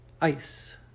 ICE